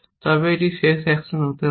তবে এটি শেষ অ্যাকশন হতে পারে